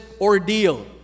ordeal